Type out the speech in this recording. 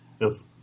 Yes